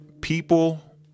people